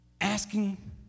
asking